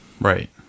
Right